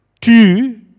Two